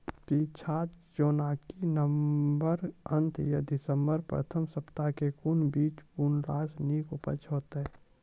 पीछात जेनाकि नवम्बर अंत आ दिसम्बर प्रथम सप्ताह मे कून बीज बुनलास नीक उपज हेते?